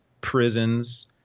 prisons